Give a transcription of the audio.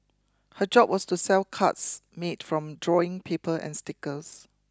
her job was to sell cards made from drawing paper and stickers